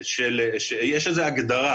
יש איזו הגדרה